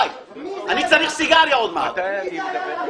אני צריך סיגריה עוד מעט...